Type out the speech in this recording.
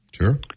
Sure